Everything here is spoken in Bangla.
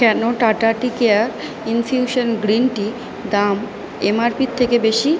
কেন Tata tea care infusion green tea দাম এম আর পির থেকে বেশি